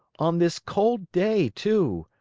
on this cold day, too!